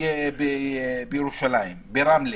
בירושלים, ברמלה,